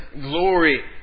glory